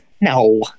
No